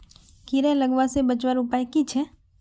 कीड़ा लगवा से बचवार उपाय की छे?